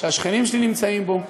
שהשכנים שלי נמצאים בו,